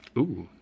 ooh.